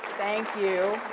thank you.